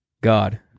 God